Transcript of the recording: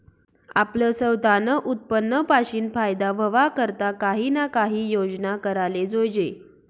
आपलं सवतानं उत्पन्न पाशीन फायदा व्हवा करता काही ना काही योजना कराले जोयजे